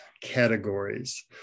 categories